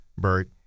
Bert